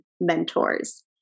mentors